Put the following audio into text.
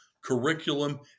curriculum